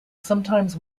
sometimes